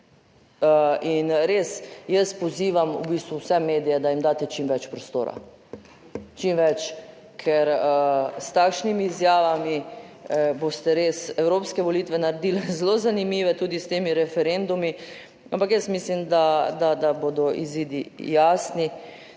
In res, jaz pozivam v bistvu vse medije, da jim daste čim več prostora, čim več, ker s takšnimi izjavami boste res evropske volitve naredili zelo zanimive, tudi s temi referendumi, ampak jaz mislim, da bodo izidi jasni.